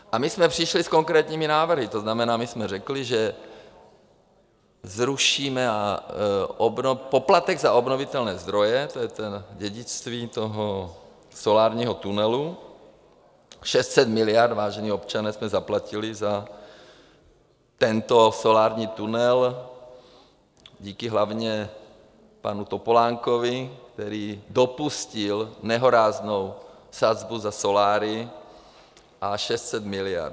A my jsme přišli s konkrétními návrhy, to znamená, my jsme řekli, že zrušíme poplatek za obnovitelné zdroje to je dědictví toho solárního tunelu, 600 miliard, vážení občané, jsme zaplatili za tento solární tunel díky hlavně panu Topolánkovi, který dopustil nehoráznou sazbu za soláry a 600 miliard.